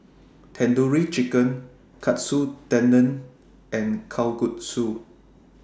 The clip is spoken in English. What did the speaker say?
Tandoori Chicken Katsu Tendon and Kalguksu